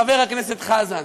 חבר הכנסת חזן,